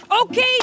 Okay